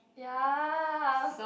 ya